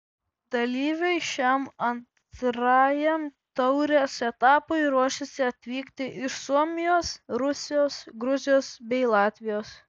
dalyviai šiam antrajam taurės etapui ruošiasi atvykti iš suomijos rusijos gruzijos bei latvijos